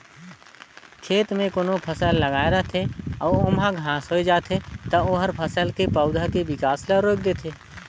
खेत में कोनो फसल लगाए रथे अउ ओमहा घास होय जाथे त ओहर फसल के पउधा के बिकास ल रोयक देथे